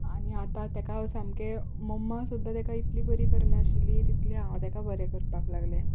आनी आतां ताका हांव सामकें मम्मा सुद्दां ताका इतली बरी करनाशिल्ली तितलें हांव ताका बरें करपाक लागलें